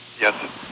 Yes